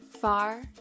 far